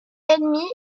ennemies